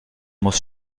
muss